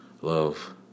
Love